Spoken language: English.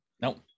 nope